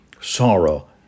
sorrow